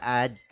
add